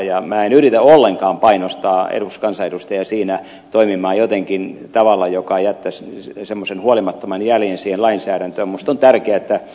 minä en yritä ollenkaan painostaa kansanedustajia toimimaan siinä jotenkin tavalla joka jättäisi semmoisen huolimattoman jäljen siihen lainsäädäntöön